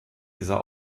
dieser